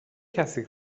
کسی